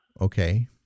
Okay